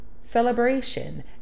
celebration